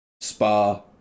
Spa